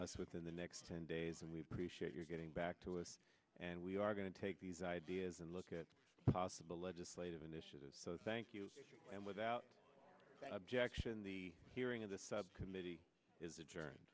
us within the next ten days and we've been getting back to us and we are going to take these ideas and look at possible legislative initiatives so thank you and without objection the hearing of the subcommittee is a